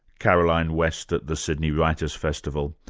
caroline west, at the sydney writers' festival.